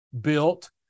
built